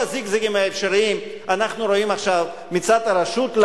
כל הזיגזגים האפשריים אנחנו רואים עכשיו מצד הרשות.